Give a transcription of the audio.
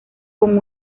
con